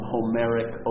Homeric